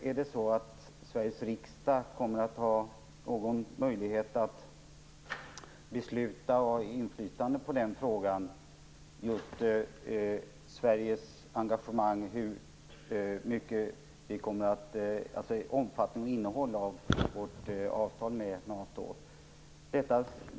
Kommer Sveriges riksdag att ha möjlighet att besluta och ha inflytande i frågan just om Sveriges engagemang och om omfattning och innehåll när det gäller vårt avtal med NATO?